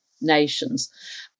nations